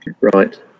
Right